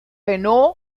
renault